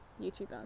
YouTuber